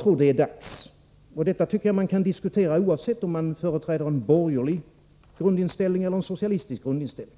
stor roll där. Detta kanske man kan diskutera oavsett om man företräder en borgerlig grundinställning eller en socialistisk grundinställning.